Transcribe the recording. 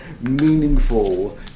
meaningful